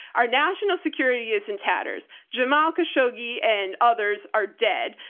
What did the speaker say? our national security is in tatters. jamal kashoggi and others are dead.